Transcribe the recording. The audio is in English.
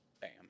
Bam